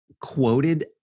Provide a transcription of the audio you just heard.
quoted